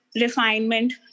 refinement